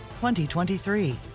2023